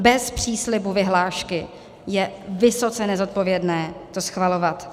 Bez příslibu vyhlášky je vysoce nezodpovědné to schvalovat.